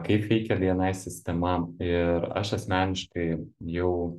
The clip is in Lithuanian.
kaip veikia bni sistema ir aš asmeniškai jau